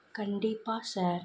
கண்டிப்பாக சார்